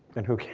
then who can?